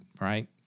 right